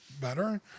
better